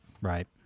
Right